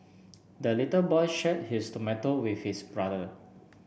the little boy share his tomato with his brother